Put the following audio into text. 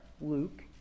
Luke